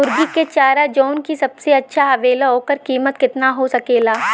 मुर्गी के चारा जवन की सबसे अच्छा आवेला ओकर कीमत केतना हो सकेला?